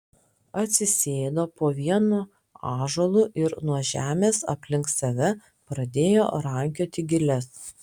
atsisėdo po vienu ąžuolu ir nuo žemės aplink save pradėjo rankioti giles